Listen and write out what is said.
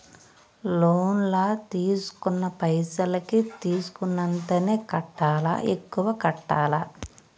Loan లా తీస్కున్న పైసల్ కి తీస్కున్నంతనే కట్టాలా? ఎక్కువ కట్టాలా?